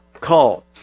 call